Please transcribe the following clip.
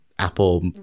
Apple